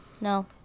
No